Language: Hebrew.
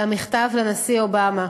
למכתב לנשיא אובמה.